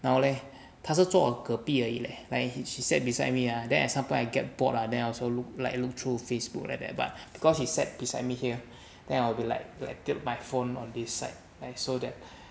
然后 leh 他是坐隔壁而已 eh like she sat beside me ah then example I get bored ah then I also like look like look through facebook like that but because he sat beside me here then I'll be like tilted my phone on this side and so that